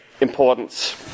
importance